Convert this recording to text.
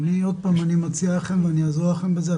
עוד פעם אני מציע לכם ואעזור לכם בזה,